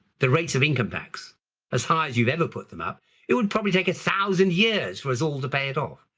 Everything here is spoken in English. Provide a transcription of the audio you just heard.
the rates of income tax as high as you've ever put them up it would probably take a thousand years for us all to pay it off.